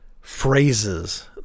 phrases